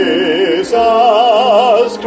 Jesus